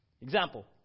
Example